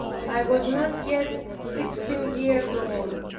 i was not yet sixteen years old.